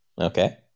Okay